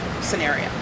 scenario